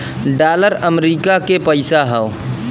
dollar America के पइसा हौ